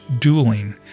dueling